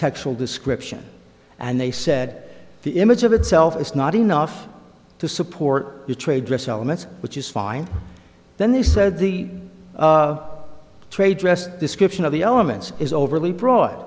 will description and they said the image of itself is not enough to support the trade dress elements which is fine then they said the trade dress description of the elements is overly